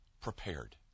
prepared